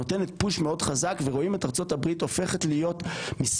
נותנת פוש מאוד חזק ורואים את ארצות הברית הופכת להיות מספר